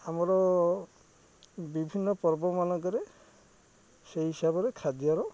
ଆମର ବିଭିନ୍ନ ପର୍ବମାନଙ୍କରେ ସେଇ ହିସାବରେ ଖାଦ୍ୟର